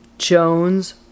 jones